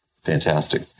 Fantastic